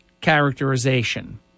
Characterization